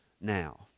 now